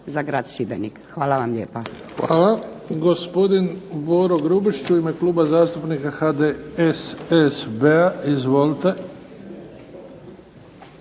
Hvala vam lijepa.